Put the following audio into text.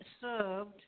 served